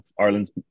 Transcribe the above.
Ireland's